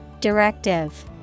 Directive